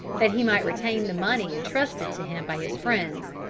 that he might retain the money entrusted to him by his friends.